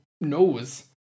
knows